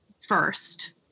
first